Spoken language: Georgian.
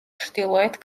ჩრდილოეთ